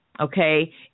Okay